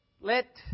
Let